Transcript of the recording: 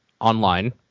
online